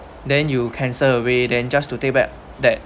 then you cancel away then just to take back that